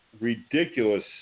ridiculous